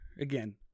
again